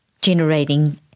generating